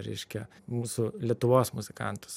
reiškia mūsų lietuvos muzikantus